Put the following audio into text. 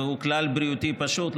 והוא כלל בריאותי פשוט,